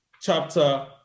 chapter